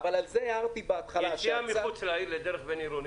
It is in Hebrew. יציאה לדרך בין-עירונית?